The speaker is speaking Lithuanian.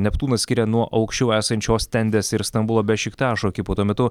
neptūną skiria nuo aukščiau esančios tendės ir stambulo bešiktaš ekipų tuo metu